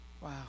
wow